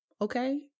okay